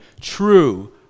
true